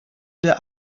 der